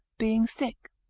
being sick.